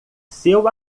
seu